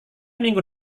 minggu